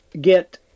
get